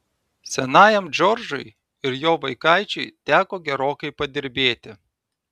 senajam džordžui ir jo vaikaičiui teko gerokai padirbėti